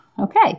Okay